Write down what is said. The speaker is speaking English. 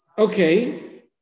okay